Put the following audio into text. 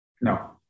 no